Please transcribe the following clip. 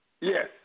Yes